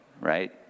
right